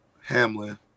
Hamlin